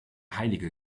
heilige